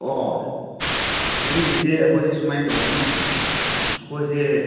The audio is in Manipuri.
ꯑꯣ ꯃꯗꯨꯒꯤꯁꯦ ꯑꯩꯈꯣꯏꯁꯦ ꯁꯨꯃꯥꯏꯅ ꯇꯧꯕꯅꯤ ꯑꯩꯈꯣꯏꯁꯦ